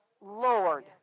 Lord